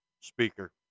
Speaker